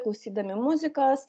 klausydami muzikos